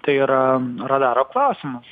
tai yra radaro klausimas